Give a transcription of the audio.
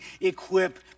equip